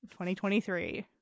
2023